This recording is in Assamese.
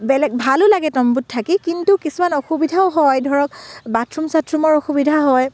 বেলেগ ভালোঁ লাগে তম্বুত থাকি কিন্তু কিছুমান অসুবিধাও হয় ধৰক বাথৰুম চাথৰুমৰ অসুবিধা হয়